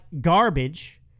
garbage